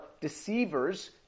deceivers